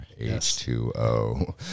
H2O